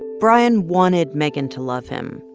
brian wanted megan to love him.